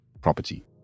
property